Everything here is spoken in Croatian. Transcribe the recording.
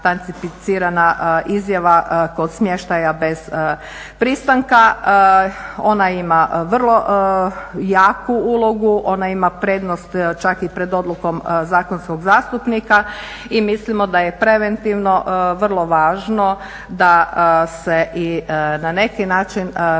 razumijem/… izjava kod smještaja bez pristanka. Ona ima vrlo jaku ulogu, ona ima prednost čak i pred odlukom zakonskog zastupnika i mislimo da je preventivno vrlo važno da se i na neki način provjeri